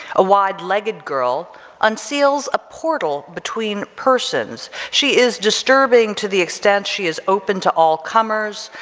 a wide-legged girl unseals a portal between persons, she is disturbing to the extent she is open to all-comers,